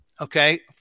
okay